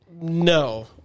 No